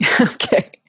Okay